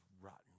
rotten